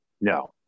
No